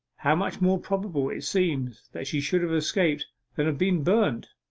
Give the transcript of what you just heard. how much more probable it seems that she should have escaped than have been burnt